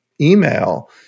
email